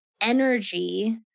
energy